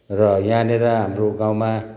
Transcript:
र यहाँनेर हाम्रो गाउँमा